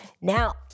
Now